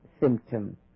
symptom